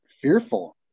fearful